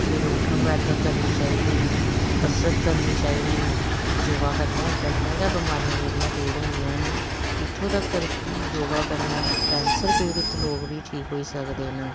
फिर उठक बैठक करनी चाहिदी कसरत करनी चाहिदी योगा कन्नै बड़ियां गै बमारियां जेह्ड़ियां दूर होंदियां न इ'त्थुं तगर की योगा कन्नै कैंसर पीड़ित लोग बी ठीक होई सकदे न